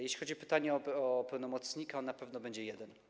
Jeśli chodzi o pytanie o pełnomocnika, to na pewno będzie jeden.